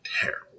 terrible